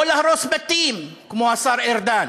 או להרוס בתים, כמו השר ארדן?